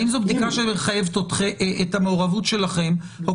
האם זאת בדיקה שמחייבת את המעורבות שלכם או